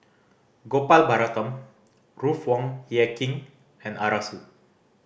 Gopal Baratham Ruth Wong Hie King and Arasu